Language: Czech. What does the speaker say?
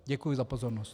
Děkuji za pozornost.